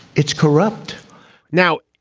it's corrupt now,